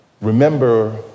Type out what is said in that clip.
remember